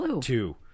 two